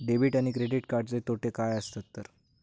Debit आणि credit कार्डचे तोटे काय आसत तर?